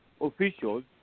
officials